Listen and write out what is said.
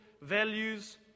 values